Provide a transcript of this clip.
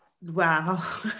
Wow